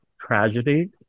tragedy